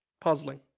Puzzling